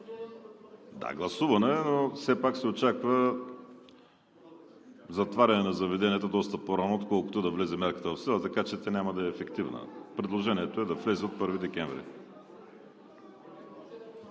Да, гласувано е, но все пак се очаква затваряне на заведенията доста по-рано, отколкото да влезе мярката в сила, така че тя няма да е ефективна. Предложението е да влезе от 1 декември.